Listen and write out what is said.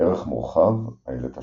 ערך מורחב – איילת השחר